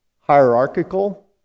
hierarchical